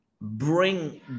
bring